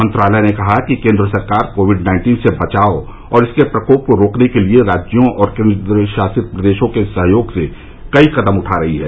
मंत्रालय ने कहा कि केन्द्र सरकार कोविड नाइन्टीन से बचाव और इसके प्रकोप को रोकने के लिए राज्यों और केन्द्रशासित प्रदेशों के सहयोग से कई कदम उठा रही है